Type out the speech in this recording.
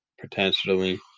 potentially